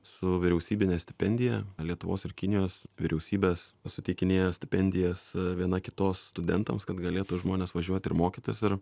su vyriausybine stipendija lietuvos ir kinijos vyriausybės suteikinėjo stipendijas viena kitos studentams kad galėtų žmones važiuot ir mokytis ir